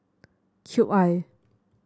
Cube I